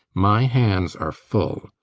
my hands are full.